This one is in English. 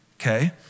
okay